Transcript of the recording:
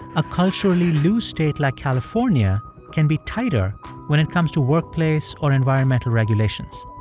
a culturally loose state like california can be tighter when it comes to workplace or environmental regulations.